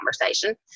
conversation